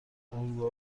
الگوها